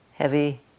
heavy